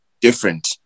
different